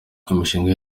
imishinga